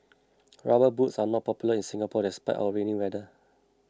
rubber boots are not popular in Singapore despite our rainy weather